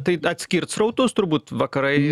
tai atskirt srautus turbūt vakarai